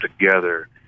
together